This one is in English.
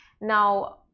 now